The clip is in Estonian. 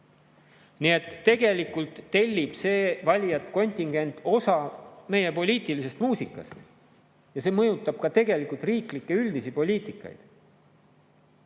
Nii et tegelikult tellib see valijate kontingent osa meie poliitilisest muusikast ja see mõjutab ka riiklikku üldist poliitikat.